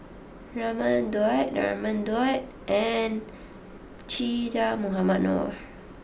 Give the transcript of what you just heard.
Raman Daud Raman Daud and Che Dah Mohamed Noor